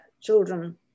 children